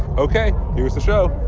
ok, here's the show